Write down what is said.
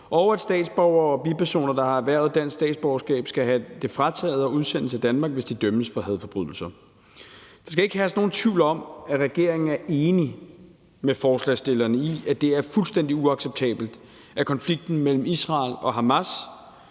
og at statsborgere og bipersoner, der har erhvervet dansk statsborgerskab, skal have det frataget og udsendes af Danmark, hvis de dømmes for hadforbrydelser. Der skal ikke herske nogen tvivl om, at regeringen er enig med forslagsstillerne i, at det er fuldstændig uacceptabelt, at konflikten mellem Israel og Hamas